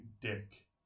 dick